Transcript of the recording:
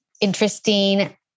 interesting